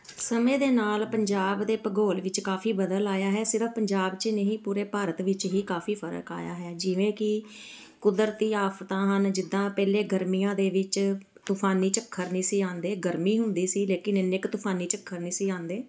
ਸਮੇਂ ਦੇ ਨਾਲ ਪੰਜਾਬ ਦੇ ਭੂਗੋਲ ਵਿੱਚ ਕਾਫੀ ਬਦਲ ਆਇਆ ਹੈ ਸਿਰਫ ਪੰਜਾਬ 'ਚ ਨਹੀਂ ਪੂਰੇ ਭਾਰਤ ਵਿੱਚ ਹੀ ਕਾਫੀ ਫਰਕ ਆਇਆ ਹੈ ਜਿਵੇਂ ਕਿ ਕੁਦਰਤੀ ਆਫਤਾਂ ਹਨ ਜਿੱਦਾਂ ਪਹਿਲੇ ਗਰਮੀਆਂ ਦੇ ਵਿੱਚ ਤੂਫਾਨੀ ਝੱਖਰ ਨਹੀਂ ਸੀ ਆਉਂਦੇ ਗਰਮੀ ਹੁੰਦੀ ਸੀ ਲੇਕਿਨ ਇੰਨੇ ਕੁ ਤੂਫਾਨੀ ਝੱਖਰ ਨਹੀਂ ਸੀ ਆਉਂਦੇ